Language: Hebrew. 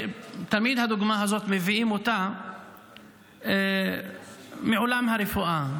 תמיד מביאים את הדוגמה הזאת מעולם הרפואה.